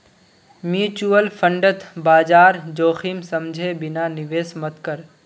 mutual फंडत बाजार जोखिम समझे बिना निवेश मत कर